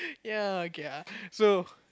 ya okay ah so